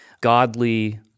godly